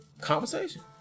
Conversation